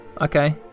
okay